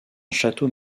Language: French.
château